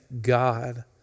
God